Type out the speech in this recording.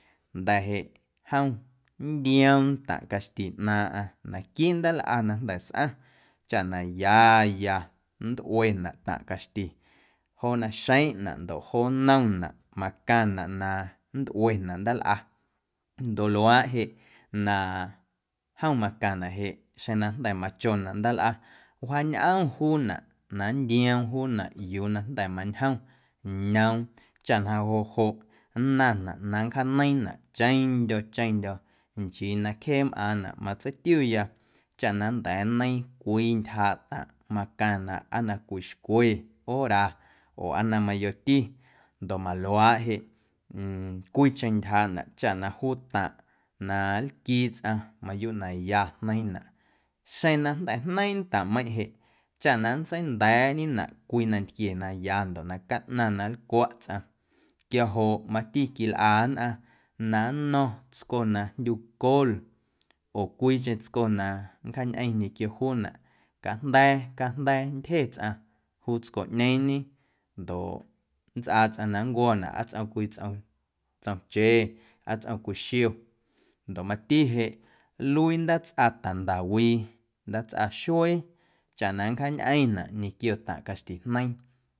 Nda̱ jeꞌ jom nntiom ntaⁿꞌ caxti ꞌnaaⁿꞌaⁿ naquiiꞌ ndaalꞌa na jnda̱ sꞌaⁿ chaꞌ na ya ya nntꞌuenaꞌ taⁿꞌ caxti joo naxeⁿꞌnaꞌ ndoꞌ joo nnomnaꞌ macaⁿnaꞌ na nntꞌuenaꞌ ndaalꞌa ndoꞌ luaaꞌ jeꞌ na jom macaⁿnaꞌ jeꞌ xeⁿ na jnda̱ machonaꞌ ndaalꞌa wjaañꞌom juunaꞌ na nntiom juunaꞌ yuu na jnda̱ mañjom ñoom chaꞌ na joꞌ joꞌ nnaⁿnaꞌ na nncjaaneiiⁿnaꞌ cheⁿndyo̱ cheⁿndyo̱ nchii na cjee mꞌaaⁿnaꞌ matseitiuya chaꞌ na nnda̱a̱ nneiiⁿ cwii ntyjaaꞌ taⁿꞌ macaⁿnaꞌ aa na cwii xcwe hora oo aa na mayoti ndoꞌ maluaaꞌ jeꞌ cwiicheⁿ ntyjaaꞌnaꞌ chaꞌ na juu taⁿꞌ na nlquii tsꞌaⁿ mayuuꞌ na ya jneiiⁿnaꞌ xeⁿ na jnda̱ jneiiⁿ ntaⁿꞌmeiⁿꞌ jeꞌ chaꞌ na nntseinda̱a̱ꞌñenaꞌ cwii nantquie na ya ndoꞌ na caꞌnaⁿ na nlcwaꞌ tsꞌaⁿ quiajoꞌ mati quilꞌa nnꞌaⁿ na nno̱ⁿ tsco na jndyu col oo cwiicheⁿ tsco na nncjaañꞌeⁿ quio juunaꞌ cajnda̱a̱ cajnda̱a̱ nntyje tsꞌaⁿ juu tscoꞌñeeⁿñe ndoꞌ nntsꞌaa tsꞌaⁿ na nncwo̱naꞌ aa tsꞌom cwii tsꞌom tsoche aa tsꞌom cwii xio ndoꞌ mati jeꞌ nluii ndaatsꞌa tandawii ndaatsꞌa xuee chaꞌ na nncjaañꞌeⁿnaꞌ ñequio taⁿꞌ caxtijneiiⁿ.